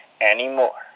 anymore